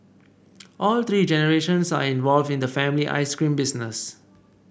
all three generations are involved in the family ice cream business